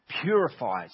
purifies